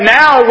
now